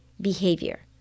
behavior